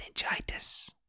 meningitis